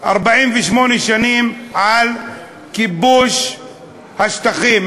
48 שנים לכיבוש השטחים.